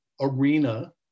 arena